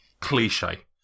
cliche